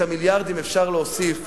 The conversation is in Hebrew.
את המיליארדים אפשר להוסיף,